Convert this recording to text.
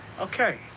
Okay